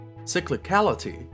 Cyclicality